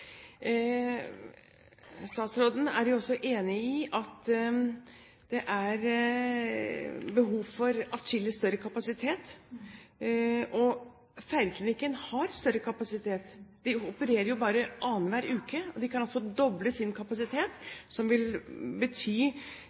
Statsråden er også enig i at det er behov for atskillig større kapasitet, og Feiringklinikken har større kapasitet. De opererer jo bare annenhver uke. De kan altså doble sin kapasitet, noe som vil